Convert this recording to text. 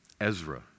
Ezra